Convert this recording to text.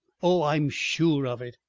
oh! i'm sure of it.